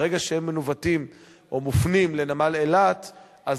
ברגע שהן מנווטות או מופנות לנמל אילת אז